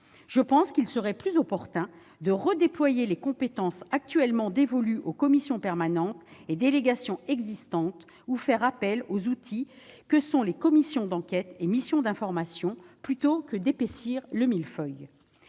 Je pense qu'il serait plus opportun de redéployer les compétences actuellement dévolues aux commissions permanentes et délégations existantes, ou de faire appel aux outils que sont les commissions d'enquête et missions d'information, plutôt que d'épaissir le millefeuille.